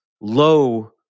low